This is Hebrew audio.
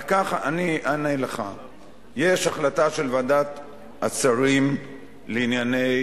יש החלטה של ועדת השרים לענייני